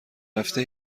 رفته